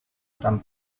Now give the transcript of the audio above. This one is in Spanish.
tan